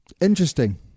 interesting